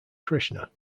krishna